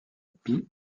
pie